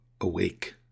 Awake